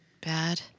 bad